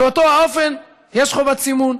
באותו האופן יש חובת סימון,